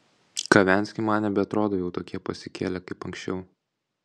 kavenski man nebeatrodo jau tokie pasikėlę kaip anksčiau